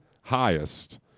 highest